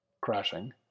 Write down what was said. crashing